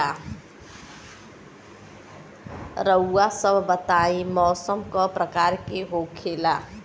रउआ सभ बताई मौसम क प्रकार के होखेला?